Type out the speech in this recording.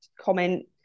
comment